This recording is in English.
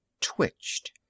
twitched